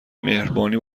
مهربانی